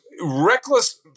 reckless